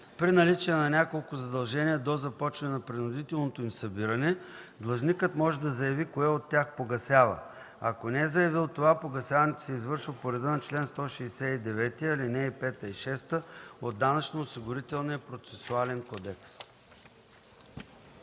При наличие на няколко задължения, до започване на принудителното им събиране, длъжникът може да заяви кое от тях погасява. Ако не е заявил това, погасяването се извършва по реда на чл. 169, ал. 5 и 6 от Данъчно-осигурителния процесуален кодекс.”